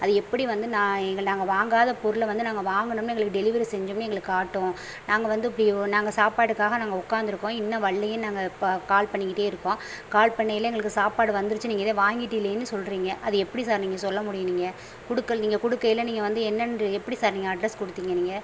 அது எப்படி வந்து நான் எங்கள் நாங்கள் வாங்காத பொருளை வந்து நாங்கள் வாங்கினோம்னு எங்களுக்கு டெலிவரி செஞ்சோம்னு எங்களுக்கு காட்டும் நாங்கள் வந்து இப்படி நாங்கள் சாப்பாடுக்காக நாங்கள் உட்காந்துருக்கோம் இன்னும் வரலையேனு நாங்கள் இப்போ கால் பண்ணிக்கிட்டே இருக்கோம் கால் பண்ணயில் எங்களுக்கு சாப்பாடு வந்துருச்சு நீங்கள் தான் வாங்கிட்டீங்களேனு சொல்கிறீங்க அது எப்படி சார் நீங்கள் சொல்ல முடியும் நீங்கள் கொடுக்கல் நீங்கள் கொடுக்கையில நீங்கள் வந்து என்னென்று எப்படி சார் நீங்கள் அட்ரஸ் கொடுத்தீங்க நீங்கள்